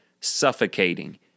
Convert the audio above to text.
suffocating